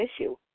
issue